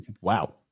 Wow